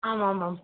आम्माम्